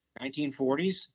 1940s